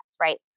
right